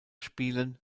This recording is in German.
spielen